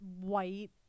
white